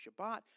Shabbat